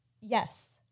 Yes